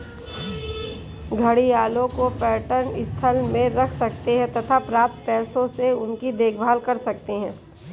घड़ियालों को पर्यटन स्थल में रख सकते हैं तथा प्राप्त पैसों से उनकी देखभाल कर सकते है